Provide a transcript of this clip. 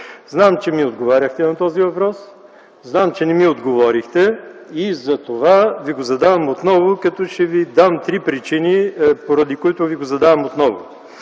Знам, че ми отговаряхте на този въпрос. Знам, че не ми отговорихте и затова Ви го задавам отново, като ще Ви дам три причини, поради които Ви го задавам отново.